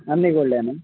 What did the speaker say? అన్ని గోల్డేనా